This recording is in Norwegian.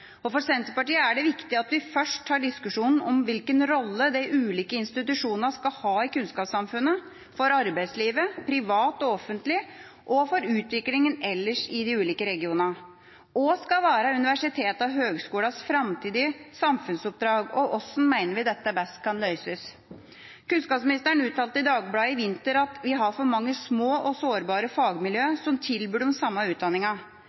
For Senterpartiet er det viktig at vi først tar diskusjonen om hvilken rolle de ulike institusjonene skal ha i kunnskapssamfunnet – for arbeidslivet, privat og offentlig, og for utviklingen ellers i de ulike regionene. Hva skal være universitetenes og høgskolenes framtidige samfunnsoppdrag, og hvordan mener vi dette best kan løses? Kunnskapsministeren uttalte i Dagbladet i vinter: «Vi har for mange små og sårbare fagmiljø som tilbyr de samme